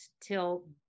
till